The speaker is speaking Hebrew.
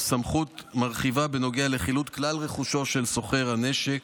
סמכות מרחיבה בנוגע לחילוט כלל רכושו של סוחר הנשק.